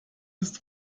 ist